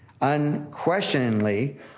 unquestioningly